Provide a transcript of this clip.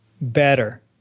better